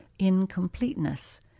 incompleteness